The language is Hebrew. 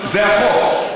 זה החוק,